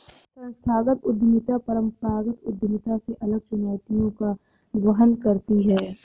संस्थागत उद्यमिता परंपरागत उद्यमिता से अलग चुनौतियों का वहन करती है